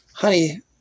honey